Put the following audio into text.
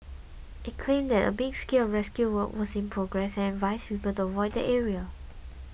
it claimed that a big scale of rescue work was in progress and advised people to avoid the area